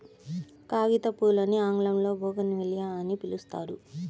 కాగితంపూలని ఆంగ్లంలో బోగాన్విల్లియ అని పిలుస్తారు